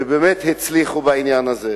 ובאמת הצליחו בעניין הזה,